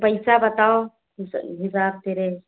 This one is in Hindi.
पैसा बताओ हिसाब तेरे